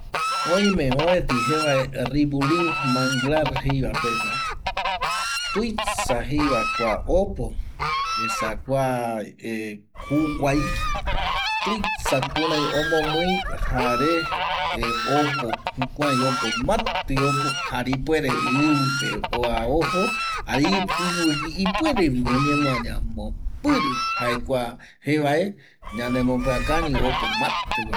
Oime mopeti jevae ribulin manglar jeiva pegua tuisa jeiva kua opo esa kua juguai tuisa kurai omomii jare jukurai opo mati opo jare ipuerevi ivipe oa ojo, jare ipuerevi oñemuaña mombiri jae kua jevae ñanemopiakañi opo mativa